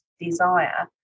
desire